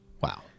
Wow